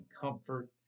comfort